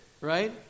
right